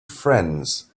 friends